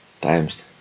times